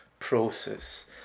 process